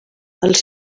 els